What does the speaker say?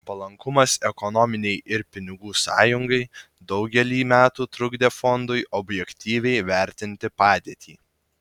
palankumas ekonominei ir pinigų sąjungai daugelį metų trukdė fondui objektyviai vertinti padėtį